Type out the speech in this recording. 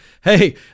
hey